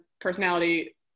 personality